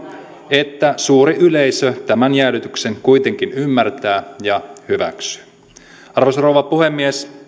että suuri yleisö tämän jäädytyksen kuitenkin ymmärtää ja hyväksyy arvoisa rouva puhemies